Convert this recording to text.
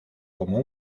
como